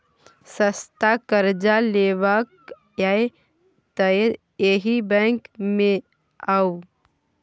सस्ता करजा लेबाक यै तए एहि बैंक मे आउ